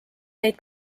neid